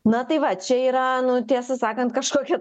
na tai va čia yra nu tiesą sakant kažkokia